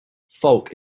folk